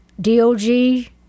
D-O-G